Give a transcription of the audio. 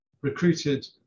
recruited